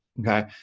Okay